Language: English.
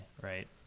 right